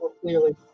clearly